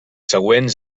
següents